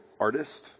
artist